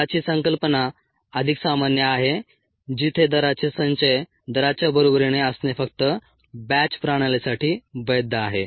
दराची संकल्पना अधिक सामान्य आहे जिथे दराचे संचय दराच्या बरोबरीने असणे फक्त बॅच प्रणालीसाठी वैध आहे